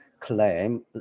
claim